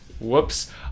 Whoops